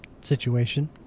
situation